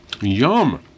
Yum